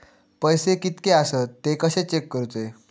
पैसे कीतके आसत ते कशे चेक करूचे?